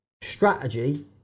Strategy